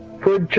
good